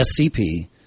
SCP